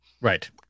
Right